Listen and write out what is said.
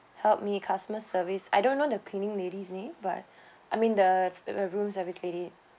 helped me customer service I don't know the cleaning ladies name but I mean the the room service lady